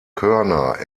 körner